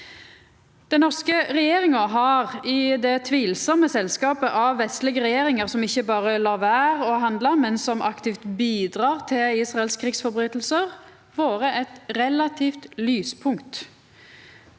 Den norske regjeringa har i det tvilsame selskapet av vestlege regjeringar som ikkje berre lèt vera å handla, men aktivt bidrar til Israels krigsbrotsverk, vore eit relativt lyspunkt.